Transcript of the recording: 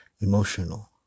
emotional